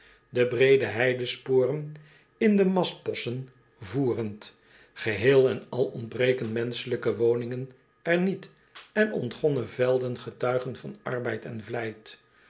de breede heidesporen in de mastbosschen voerend geheel en al ontbreken menschelijke woningen er niet en ontgonnen velden getuigen van arbeid en vlijt